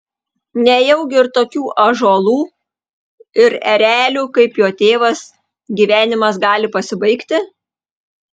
nejaugi ir tokių ąžuolų ir erelių kaip jo tėvas gyvenimas gali pasibaigti